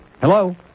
Hello